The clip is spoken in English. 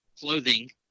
clothing